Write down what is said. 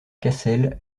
cassel